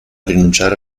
rinunciare